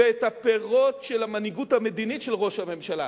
ואת הפירות של המנהיגות המדינית של ראש הממשלה,